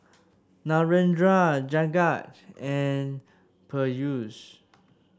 Narendra Jagat and Peyush